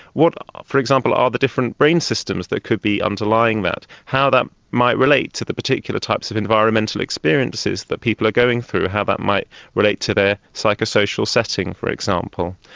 what for example are the different brain systems that could be underlying that, how that might relate to the particular types of environmental experiences that people are going through, how that might relate to their psychosocial setting, for example.